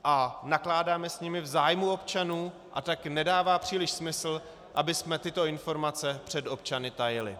A nakládáme s nimi v zájmu občanů, a tak nedává příliš smysl, abychom tyto informace před občany tajili.